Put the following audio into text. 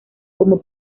como